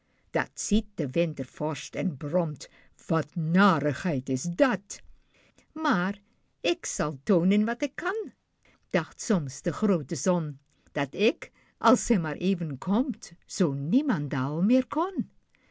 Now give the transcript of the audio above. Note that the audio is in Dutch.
dat ziet de wintervorst en bromt wat narigheid is dat maar ik zal toonen wat ik kan dacht soms die groote zon dat ik als zij maar even komt zoo niemendal meer kon